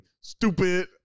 stupid